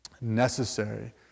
necessary